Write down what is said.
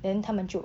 then 他们就